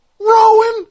Rowan